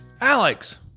Alex